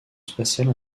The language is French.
spatiale